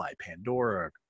pandora